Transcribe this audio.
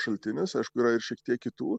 šaltinis aišku yra ir šiek tiek kitų